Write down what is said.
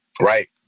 right